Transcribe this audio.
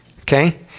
okay